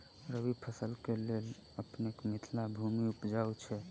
रबी फसल केँ लेल अपनेक मिथिला भूमि उपजाउ छै